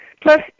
Plus